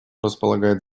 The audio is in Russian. располагает